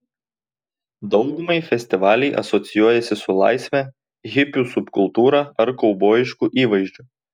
daugumai festivaliai asocijuojasi su laisve hipių subkultūra ar kaubojišku įvaizdžiu